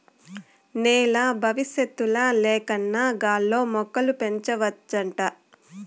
నేల బవిసత్తుల లేకన్నా గాల్లో మొక్కలు పెంచవచ్చంట